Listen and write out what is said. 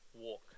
walk